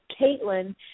Caitlin